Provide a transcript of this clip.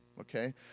okay